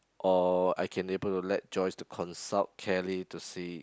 or I can able to let Joyce to consult Kelly to see